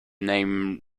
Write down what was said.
name